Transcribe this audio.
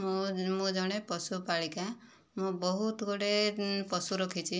ମୁଁ ମୁଁ ଜଣେ ପଶୁ ପାଳିକା ମୁଁ ବହୁତ ଗୁଡ଼େ ପଶୁ ରଖିଛି